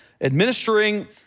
administering